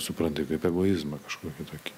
supranti kaip egoizmą kažkokį tokį